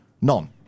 none